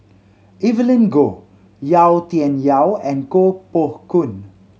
Evelyn Goh Yau Tian Yau and Koh Poh Koon